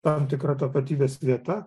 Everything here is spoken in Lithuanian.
tam tikra tapatybės vieta